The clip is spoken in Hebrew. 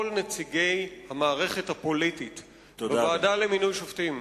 כל נציגי המערכת הפוליטית בוועדה למינוי שופטים,